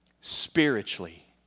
spiritually